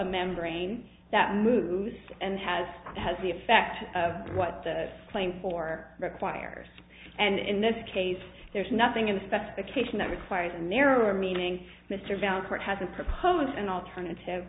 membrane that moves and has has the effect of what the claim for requires and in this case there's nothing in the specification that requires a nearer meaning mr val court hasn't proposed an alternative